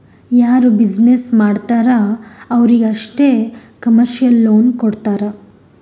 ಯಾರು ಬಿಸಿನ್ನೆಸ್ ಮಾಡ್ತಾರ್ ಅವ್ರಿಗ ಅಷ್ಟೇ ಕಮರ್ಶಿಯಲ್ ಲೋನ್ ಕೊಡ್ತಾರ್